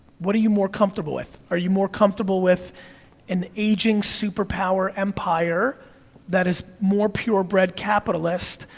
what are you more comfortable with? are you more comfortable with an aging superpower empire that is more purebred capitalist,